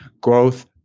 growth